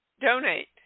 donate